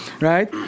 right